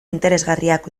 interesgarriak